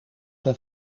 een